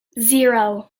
zero